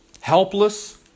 Helpless